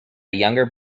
younger